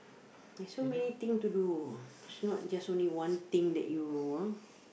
like so many thing to do it's not just only one thing that you ah